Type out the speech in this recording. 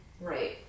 Right